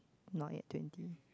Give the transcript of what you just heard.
not yet twenty